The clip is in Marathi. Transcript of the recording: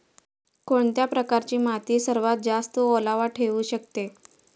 कोणत्या प्रकारची माती सर्वात जास्त ओलावा ठेवू शकते?